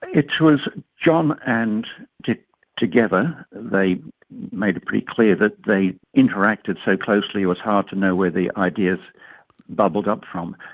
it was john and dick together, they made it pretty clear that they interacted so closely it was hard to know where the ideas bubbled up from.